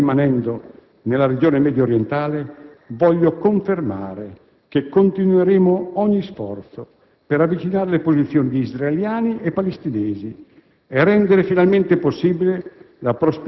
Guardando ora al futuro - e sempre rimanendo nella regione mediorientale - voglio confermare che continueremo ogni sforzo per avvicinare le posizioni di israeliani e palestinesi